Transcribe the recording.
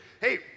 Hey